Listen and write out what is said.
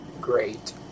great